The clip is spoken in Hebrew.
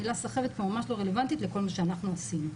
המילה סחבת פה ממש לא רלוונטית לכל מה שאנחנו עשינו.